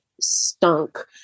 stunk